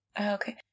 Okay